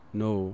no